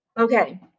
Okay